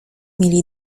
mieli